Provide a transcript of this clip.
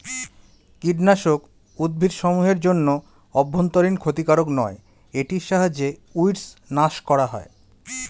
কীটনাশক উদ্ভিদসমূহ এর জন্য অভ্যন্তরীন ক্ষতিকারক নয় এটির সাহায্যে উইড্স নাস করা হয়